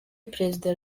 perezida